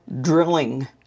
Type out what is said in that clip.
drilling